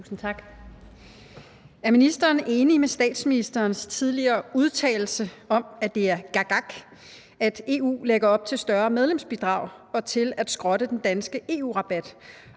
Er ministeren enig med statsministerens tidligere udtalelse om, at det er »gakgak«, at EU lægger op til større medlemsbidrag og til at skrotte den danske EU-rabat,